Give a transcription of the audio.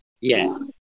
Yes